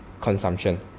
consumption